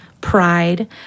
pride